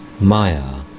Maya